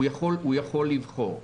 הוא יכול לבחור.